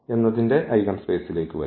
എന്നതിന്റെ ഐഗൻസ്പേസിലേക്ക് വരുന്നു